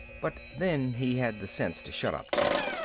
but then he had the sense to shut up tight.